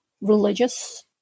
religious